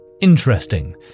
interesting